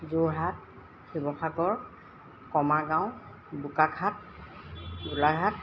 Jorhat Sivasagar Kamagaon Bokakhat Golaghat